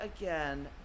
again